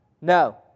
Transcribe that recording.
No